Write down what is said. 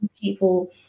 people